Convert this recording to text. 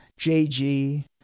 JG